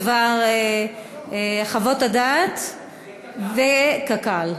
בדבר חוות הדעת וקק"ל.